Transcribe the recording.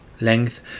length